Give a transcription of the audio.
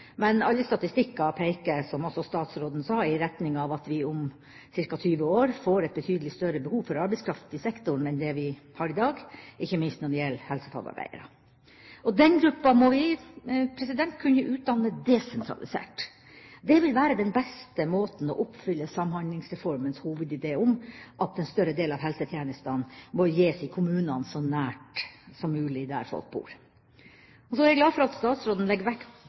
Men som også statsråden sa, peker alle statistikker i retning av at vi om ca. 20 år får et betydelig større behov for arbeidskraft i sektoren enn det vi har i dag, ikke minst når det gjelder helsefagarbeidere, og den gruppa må vi kunne utdanne desentralisert. Det vil være den beste måten å oppfylle Samhandlingsreformens hovedidé på, at en større del av helsetjenestene må gis i kommunene, så nær som mulig der folk bor. Så er jeg glad for at statsråden legger vekt